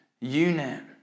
unit